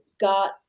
got